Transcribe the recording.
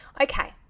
Okay